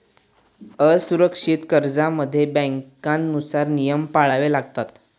असुरक्षित कर्जांमध्ये बँकांनुसार नियम पाळावे लागतात